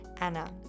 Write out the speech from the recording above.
anna